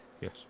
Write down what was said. yes